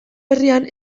herrian